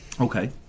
Okay